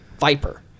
Viper